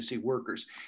workers